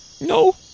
no